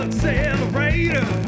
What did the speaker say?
accelerator